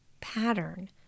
pattern